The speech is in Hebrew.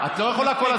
תודה.